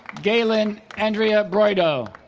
galen andrea broido